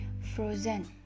frozen